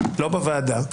לא בוועדה,